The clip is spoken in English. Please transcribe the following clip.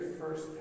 first